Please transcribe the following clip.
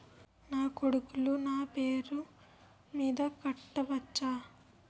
నా కొడుకులు నా పేరి మీద కట్ట వచ్చా?